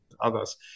others